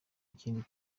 kindi